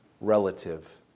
relative